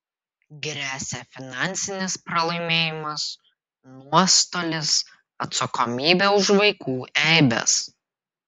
gresia finansinis pralaimėjimas nuostolis atsakomybė už vaikų eibes